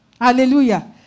Hallelujah